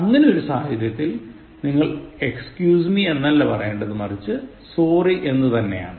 അങ്ങനെ ഒരു സാഹചര്യത്തിൽ നിങ്ങൾ excuse me എന്നല്ല പറയേണ്ടത് മറിച്ച് sorry എന്ന് തന്നെയാണ്